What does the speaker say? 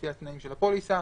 לפי התנאים של הפוליסה.